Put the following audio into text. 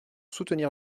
soutenir